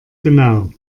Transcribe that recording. genau